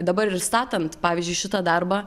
dabar ir statant pavyzdžiui šitą darbą